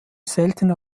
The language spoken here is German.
seltene